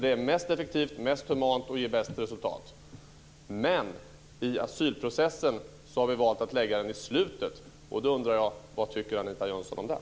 Det är mest effektivt och mest humant och ger bäst resultat. Men i asylprocessen har vi valt att lägga tyngdpunkten i slutet. Jag undrar vad Anita Jönsson tycker om det.